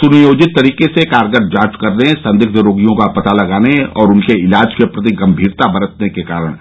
सुनियोजित तरीके से कारगर जांच करने संदिग्ध रोगियों का पता लगाने और उनके इलाज के प्रति गंभीरता बरतने के कारण